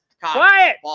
Quiet